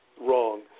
wrong